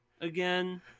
again